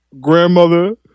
grandmother